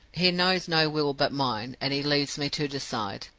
he knows no will but mine, and he leaves me to decide,